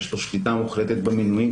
יש לו שליטה מוחלטת במינויים.